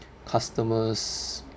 customers